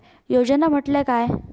योजना म्हटल्या काय?